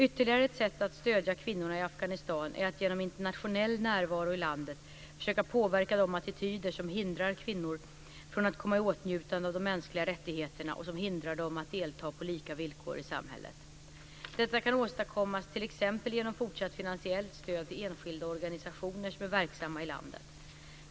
Ytterligare ett sätt att stödja kvinnorna i Afghanistan är att genom internationell närvaro i landet försöka påverka de attityder som hindrar kvinnor från att komma i åtnjutande av de mänskliga rättigheterna och som hindrar dem att delta på lika villkor i samhället. Detta kan åstadkommas t.ex. genom fortsatt finansiellt stöd till enskilda organisationer som är verksamma i landet.